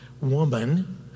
woman